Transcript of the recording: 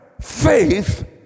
Faith